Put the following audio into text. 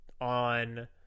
on